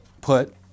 put